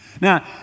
Now